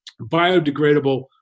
biodegradable